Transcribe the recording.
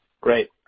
Great